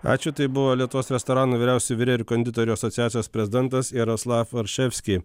ačiū tai buvo lietuvos restoranų vyriausiųjų virėjų ir konditerių asociacijos prezidentas jaroslav orševski